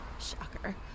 Shocker